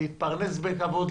להתפרנס בכבוד,